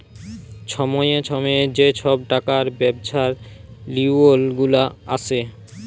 ছময়ে ছময়ে যে ছব টাকা ব্যবছার লিওল গুলা আসে